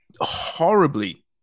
horribly